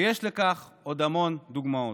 ויש עוד המון דוגמאות.